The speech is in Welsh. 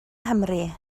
nghymru